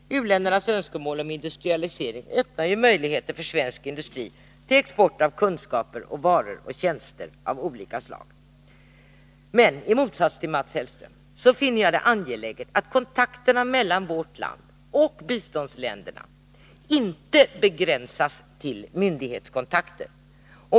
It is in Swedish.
U-ländernas önskemål om industrialisering öppnar möjligheter för svensk industri till export av kunskaper, varor och tjänster av olika slag. Men i motsats till Mats Hellström finner jag det angeläget att kontakterna mellan vårt land och biståndsländerna inte begränsas till myndighetskontakter.